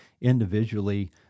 individually